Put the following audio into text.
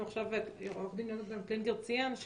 עורך הדין יהונתן קלינגר ציין,